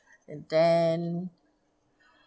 and then